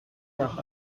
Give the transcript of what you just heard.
nach